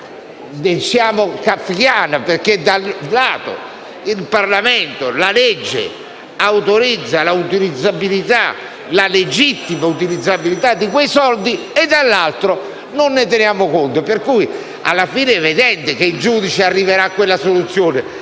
kafkiana perché, da un lato, il Parlamento e la legge autorizzano la legittima utilizzabilità di quei soldi e, dall'altro, non ne teniamo conto. Alla fine, è evidente che il giudice arriverà a quella soluzione,